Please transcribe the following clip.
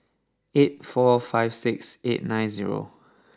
eight four five six eight nine zero